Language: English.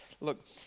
look